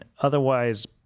otherwise